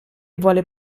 vuole